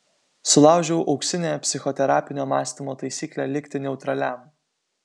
sulaužiau auksinę psichoterapinio mąstymo taisyklę likti neutraliam